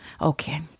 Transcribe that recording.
Okay